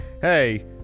hey